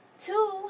Two